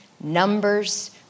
numbers